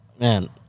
Man